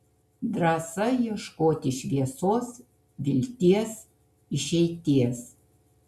drąsa ieškoti šviesos vilties išeities